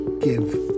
give